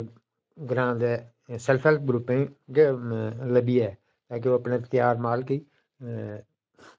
ग्रां दै self help ग्रुप्पें गै लब्भी ऐ ताकि ओह् त्यार माल गी